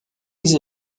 les